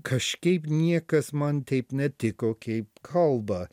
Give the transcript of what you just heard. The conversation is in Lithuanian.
kažkaip niekas man taip netiko kaip kalba